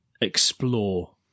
explore